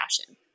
fashion